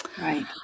Right